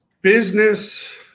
business